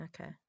Okay